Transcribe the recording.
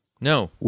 No